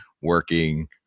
working